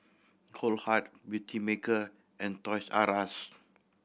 Goldheart Beautymaker and Toys R Us